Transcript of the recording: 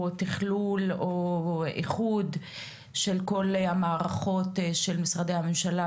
תכלול או איחוד של כל המערכות של משרדי הממשלה,